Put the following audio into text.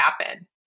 happen